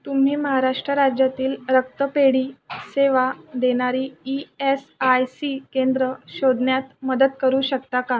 तुम्ही महाराष्ट्र राज्यातील रक्तपेढी सेवा देणारी ई एस आय सी केंद्रं शोधण्यात मदत करू शकता का